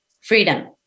freedom